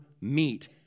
meet